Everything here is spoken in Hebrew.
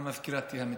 המזכירה תהיה המתוקה.